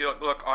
look